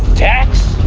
dax?